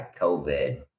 COVID